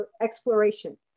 exploration